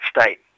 state